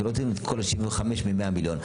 אתה לא תיתן את כל ה-75 מ-100 מיליון.